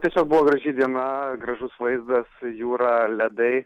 tiesiog buvo graži diena gražus vaizdas jūra ledai